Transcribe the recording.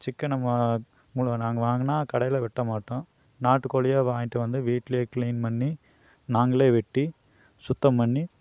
சிக்கனை வா முழு நாங்கள் வாங்கினா கடையில் வெட்ட மாட்டோம் நாட்டுக் கோழியாக வாங்கிட்டு வந்து வீட்டிலே கிளீன் பண்ணி நாங்களே வெட்டி சுத்தம் பண்ணி